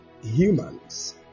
humans